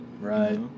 Right